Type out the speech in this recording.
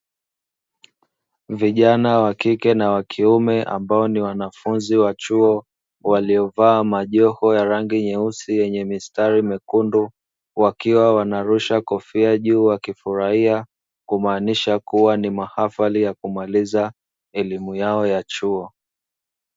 Vijana wa kike na wa kiume ambao ni wanafunzi wa chuo waliovaa majoho ya rangi nyeusi yenye mistari mekundu, wakiwa wanarusha kofia juu wakifurahia, kumaanisha kuwa ni mahafali ya kumaliza elimu yao ya chuo.